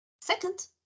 Second